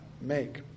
make